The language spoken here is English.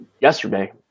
yesterday